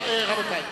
רבותי,